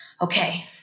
okay